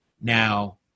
now